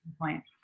point